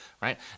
right